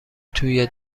توی